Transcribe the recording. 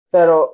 Pero